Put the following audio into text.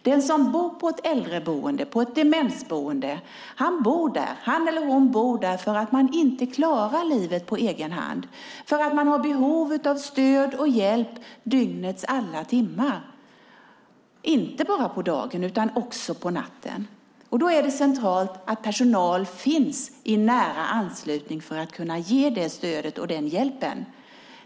Den som bor på ett äldreboende, ett demensboende, bor där för att han eller hon inte klarar livet på egen hand, för att han eller hon har behov av stöd och hjälp dygnets alla timmar, alltså inte bara på dagen utan också på natten. Då är det centralt att personal finns i nära anslutning för att kunna ge det stödet och den hjälpen.